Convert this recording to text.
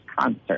concert